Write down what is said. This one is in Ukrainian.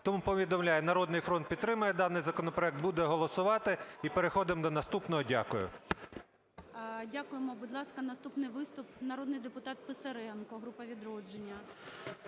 Тому повідомляю, "Народний фронт" підтримує даний законопроект, буде голосувати, і переходимо до наступного. Дякую. ГОЛОВУЮЧИЙ. Дякуємо. Будь ласка, наступний виступ. Народний депутат Писаренко, група "Відродження".